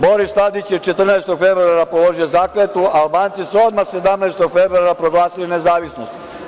Boris Tadić je 14. februara položio zakletvu, a Albanci su odmah 17. februara proglasili nezavisnost.